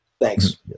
Thanks